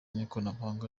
n’ikoranabuhanga